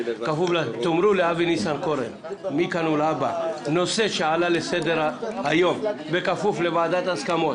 תאמרו לאבי ניסנקורן שזה נושא שעלה לסדר היום בכפוף לוועדת הסכמות,